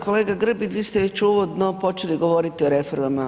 Kolega Grbin, vi ste već uvodno počeli govoriti o reformama.